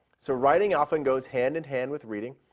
so writing often goes hand in hand with reading,